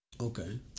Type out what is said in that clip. okay